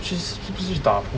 是是不是打 pool